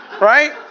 right